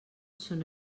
són